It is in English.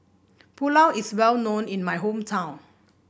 Pulao is well known in my hometown